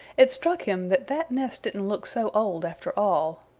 it struck him that that nest didn't look so old, after all.